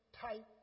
type